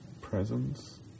presence